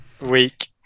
week